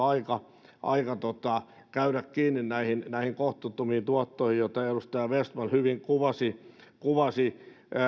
aika käydä kiinni näihin näihin kohtuuttomiin tuottoihin joita edustaja vestman hyvin kuvasi kuvasi